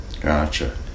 Gotcha